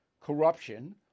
corruption